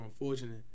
unfortunate